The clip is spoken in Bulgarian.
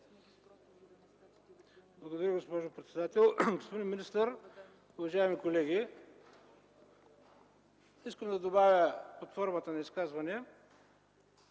Благодаря, госпожо председател. Господин министър, уважаеми колеги! Искам да добавя под формата на изказване